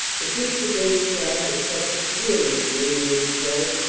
the fifth. brigade staff had suffered severely in the amiens show,